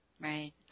right